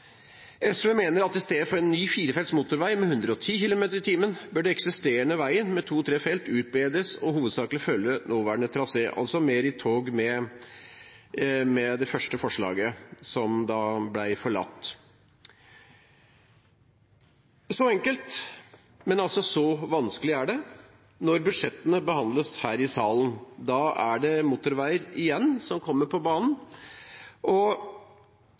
SV ser det. SV mener at i stedet for en ny firefelts motorvei med 110 km/t bør den eksisterende veien, med to/tre felt utbedres og hovedsakelig følge nåværende trasé, altså mer i tråd med det første forslaget som ble forlatt. Så enkelt, men altså så vanskelig er det. Når budsjettene behandles her i salen, er det motorveier som igjen kommer på banen.